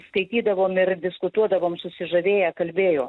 skaitydavom ir diskutuodavom susižavėję kalbėjo